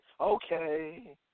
Okay